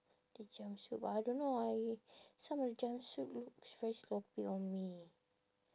the jumpsuit but I don't know I some of the jumpsuit looks very sloppy on me